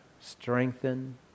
strengthen